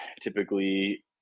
Typically